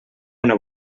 una